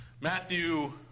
Matthew